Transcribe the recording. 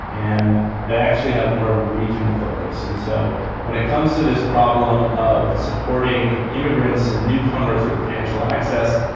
and they actually have more of a regional focus. and so when it comes to this problem of supporting immigrants and newcomers with financial access,